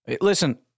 Listen